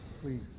please